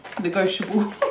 negotiable